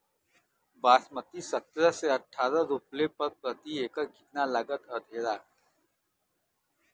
बासमती सत्रह से अठारह रोपले पर प्रति एकड़ कितना लागत अंधेरा?